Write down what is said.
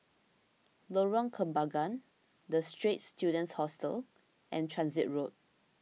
Lorong Kembangan the Straits Students Hostel and Transit Road